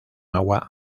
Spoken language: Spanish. agua